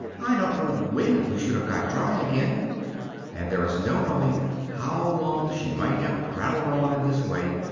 i don't know when we should have got dry again and there is no knowing how long she might have prattled on in this way,